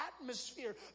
atmosphere